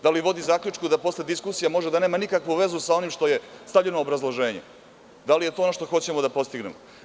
Da li vodi zaključku da posle diskusije da može da nema nikakvu vezu sa onim što je stavljeno u obrazloženju, da li je to ono što hoćemo da postignemo.